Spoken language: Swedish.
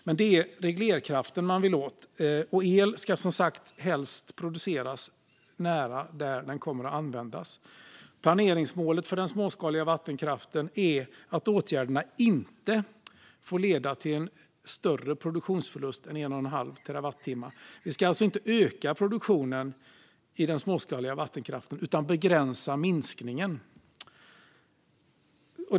Men det är reglerkraften man vill åt. El ska som sagt helst produceras nära där den kommer att användas. Planeringsmålet för den småskaliga vattenkraften är att åtgärderna inte får leda till en större produktionsförlust än en och en halv terawattimme. Vi ska alltså inte öka produktionen i den småskaliga vattenkraften utan begränsa minskningen.